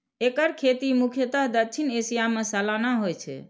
एकर खेती मुख्यतः दक्षिण एशिया मे सालाना होइ छै